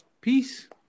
Peace